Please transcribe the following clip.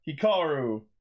Hikaru